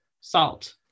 salt